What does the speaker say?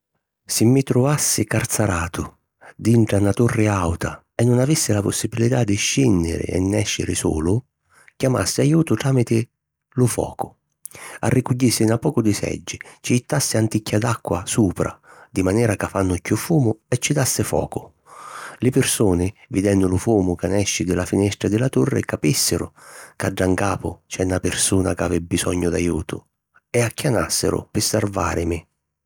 Si mi truvassi carzaratu dintra na turri àuta e nun avissi la possibilità di scìnniri e nèsciri sulu, chiamassi ajutu tramiti lu focu. Arrunchiassi na pocu di seggi, ci jittassi 'anticchia d'acqua supra di manera ca fannu chiù fumu e ci dassi focu. Li pirsuni, vidennu lu fumu ca nesci di la finestra di la turri, capìssiru ca ddà ncapu c’è na pirsuna ca havi bisognu d'ajutu e acchianàssiru pi sarvàrimi.